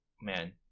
man